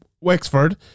Wexford